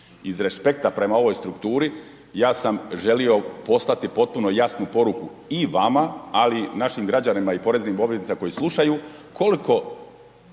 Iz respekta prema ovoj strukturi, ja sam želio poslati potpuno jasnu poruku i vama ali i našim građanima i poreznim obveznicima koji slušaju, koliko